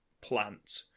plant